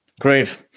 Great